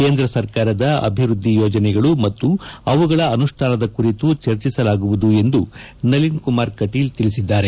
ಕೇಂದ್ರ ಸರಕಾರದ ಅಭಿವೃದ್ದಿ ಯೋಜನೆಗಳು ಮತ್ತು ಅವುಗಳ ಅನುಷ್ಣಾನದ ಕುರಿತು ಚರ್ಚಿಸಲಾಗುವುದು ಎಂದು ನಳೀನ್ ಕುಮಾರ್ ಕಟೀಲ್ ತಿಳಿಸಿದ್ದಾರೆ